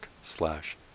slash